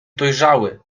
dojrzały